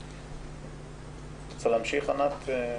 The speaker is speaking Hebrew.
את רוצה להמשיך, ענת?